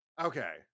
Okay